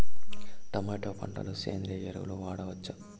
Tomato పంట లో సేంద్రియ ఎరువులు వాడవచ్చా?